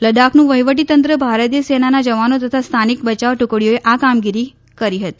લદ્દાખનું વહિવટી તંત્ર ભારતીય સેનાના જવાનો તથા સ્થાનિક બચાવ ટુકડીઓએ આ કામગીરી કરી હતી